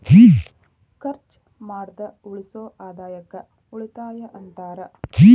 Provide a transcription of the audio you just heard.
ಖರ್ಚ್ ಮಾಡ್ದ ಉಳಿಸೋ ಆದಾಯಕ್ಕ ಉಳಿತಾಯ ಅಂತಾರ